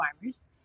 farmers